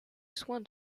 soin